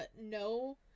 no